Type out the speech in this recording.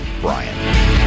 Brian